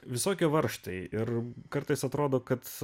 visokie varžtai ir kartais atrodo kad